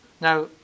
now